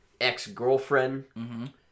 ex-girlfriend